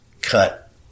cut